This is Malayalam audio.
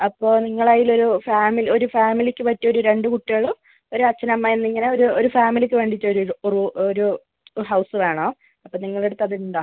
അപ്പോൾ നിങ്ങളയിലൊരു ഫാമിലി ഒരു ഫാമിലിക്ക് പറ്റിയൊരു രണ്ട് കുട്ടികളും ഒരു അച്ഛൻ അമ്മ എന്നിങ്ങനെ ഒരു ഒരു ഫാമിലിക്ക് വേണ്ടീട്ട് ഒരു ഇത് ഒറു ഒരു ഒരു ഹൗസ് വേണം അപ്പം നിങ്ങടടുത്ത് അതുണ്ടോ